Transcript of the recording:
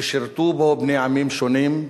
ששירתו בו בני עמים שונים,